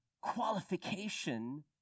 qualification